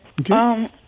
Okay